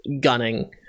gunning